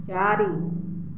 ଚାରି